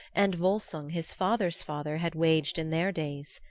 and volsung his father's father, had waged in their days?